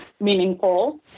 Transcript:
meaningful